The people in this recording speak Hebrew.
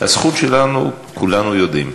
הזכות שלנו, כולנו יודעים.